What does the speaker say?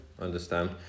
Understand